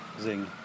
Zing